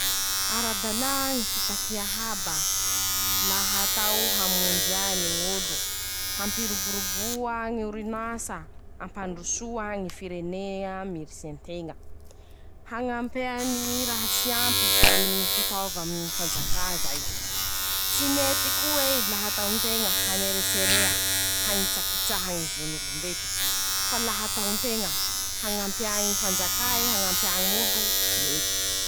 Ara-dalà ñy fitakia haba, laha atao hamonjea ny ñ'olo, hampiroboroboa ñy orin'asa, hampandrosoa ñy firenea misy anteña, hañampea ny ñy raha tsy ampy aminy ñy fitaôva aminy fanjakà zay. Tsy mety ko'ei la atao nteña hanereserea, hañitsakitsaha ñy zon'olombelo fa laha atao nteña hañampea ñy fanjakà ei, hañampea ñ'olo mety.